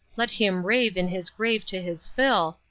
let him rave in his grave to his fill,